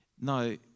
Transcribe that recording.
No